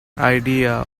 idea